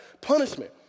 punishment